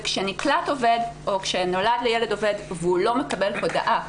וכשנקלט עובד או כשנולד ילד לעובד והוא לא מקבל הודעה,